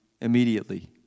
immediately